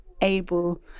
able